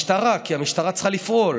הדרכים האפשריות הנכונות לפעול